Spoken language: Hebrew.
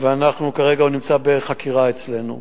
והוא נמצא בחקירה אצלנו.